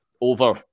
over